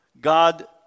God